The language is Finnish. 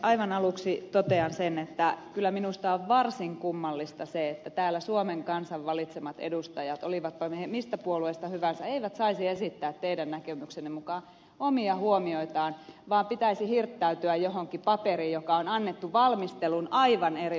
aivan aluksi totean sen että kyllä minusta on varsin kummallista se että täällä suomen kansan valitsemat edustajat olivatpa he mistä puolueesta hyvänsä eivät saisi esittää teidän näkemyksenne mukaan omia huomioitaan vaan pitäisi hirttäytyä johonkin paperiin joka on annettu valmistelun aivan eri vaiheessa